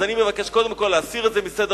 אז אני מבקש, קודם כול, להסיר את זה מסדר-היום.